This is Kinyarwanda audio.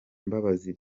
mbabazi